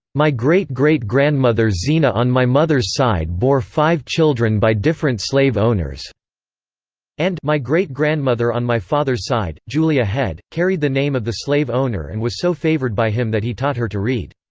my great-great-grandmother zina on my mother's side bore five children by different slave owners and my great-grandmother on my father's side, julia head, carried the name of the slave owner and was so favored by him that he taught her to read.